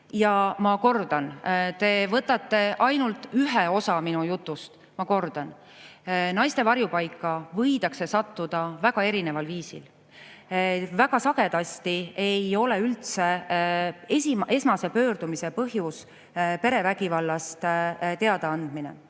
Ja ma kordan, kuna te võtate ainult ühe osa minu jutust: naiste varjupaika võidakse sattuda väga erineval viisil. Väga sagedasti ei ole esmase pöördumise põhjus üldse perevägivallast teada andmine.